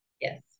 Yes